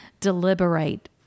Deliberate